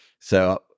So-